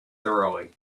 thoroughly